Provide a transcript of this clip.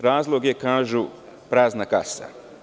Razlog je kažu prazna kasa.